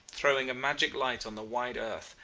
throwing a magic light on the wide earth,